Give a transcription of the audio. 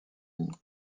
unis